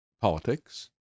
politics